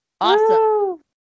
Awesome